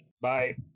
Bye